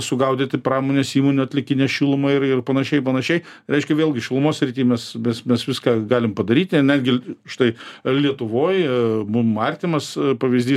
sugaudyti pramonės įmonių atliekinę šilumą ir ir panašiai ir panašiai reiškia vėlgi šilumos srity mes mes mes viską galim padaryti netgi štai lietuvoj mum artimas pavyzdys